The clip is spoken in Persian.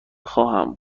خواهم